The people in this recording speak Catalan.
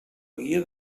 guia